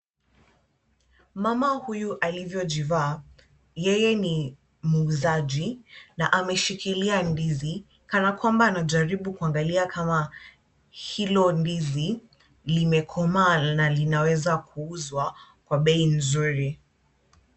Mama huyu alivyojivaa yeye ni muuzaji na ameshikilia ndizi kana kwamba anajaribu kuangalia kama hilo ndizi limekomaa na linaweza kuuzwa kwa bei nzuri.